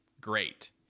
great